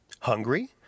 hungry